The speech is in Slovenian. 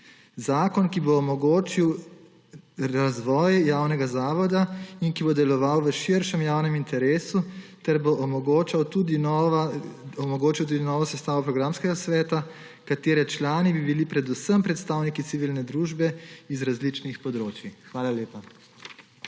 Zakon, ki bo omogočil razvoj javnega zavoda in ki bo deloval v širšem javnem interesu ter bo omogočal tudi novo sestavo programskega sveta, katere člani bi bili predvsem predstavniki civilne družbe z različnih področij. Hvala lepa.